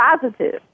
Positive